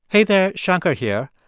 hey there, shankar here.